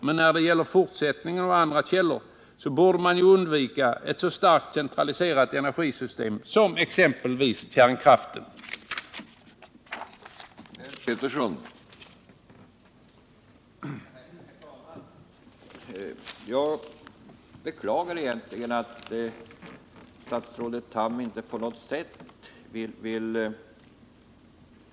Men när det gäller vår framtida kraftförsörjning borde vi undvika att åstadkomma ett så starkt centraliserat energisystem som exempelvis kärnkraften kräver.